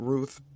Ruth